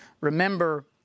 remember